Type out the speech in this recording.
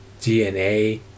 DNA